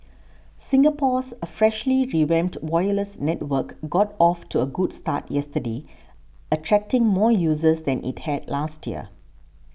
Singapore's a freshly revamped wireless network got off to a good start yesterday attracting more users than it had last year